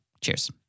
Cheers